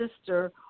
sister